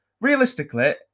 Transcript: realistically